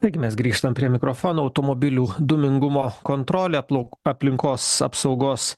taigi mes grįžtam prie mikrofono automobilių dūmingumo kontrolė plouk aplinkos apsaugos